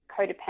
codependent